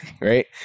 right